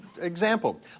example